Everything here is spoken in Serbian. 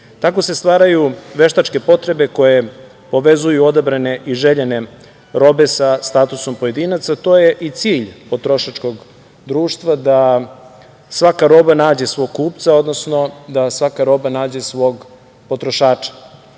Tako se stvaraju veštačke potrebe koje povezuju odabrane i željene robe sa statusom pojedinaca, a to je i cilj potrošačkog društva, da svaka roba nađe svog kupca, odnosno da svaka roba nađe svog potrošača. Svaki